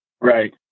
Right